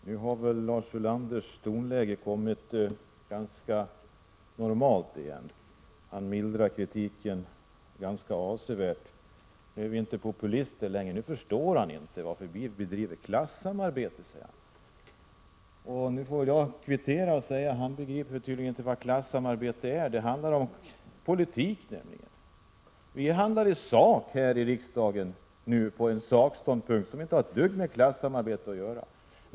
Herr talman! Nu har Lars Ulanders tonläge blivit ganska normalt igen. Han mildrar kritiken ganska avsevärt. Nu är vi inte populister längre. Nu förstår han inte varför vi bedriver klassamarbete, säger han. Nu får jag kvittera och säga att han tydligen inte begriper vad klassamarbete är. Det handlar nämligen om politik. Vi handlar nu i sak här i riksdagen i fråga om denna ståndpunkt, och det har inte ett dugg med klassamarbete att göra.